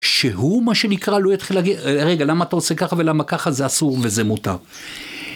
שהוא מה שנקרא, לא יתחיל להגיד: רגע למה אתה עושה ככה, ולמה ככה, זה אסור וזה מותר.